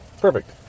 Perfect